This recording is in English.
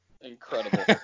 Incredible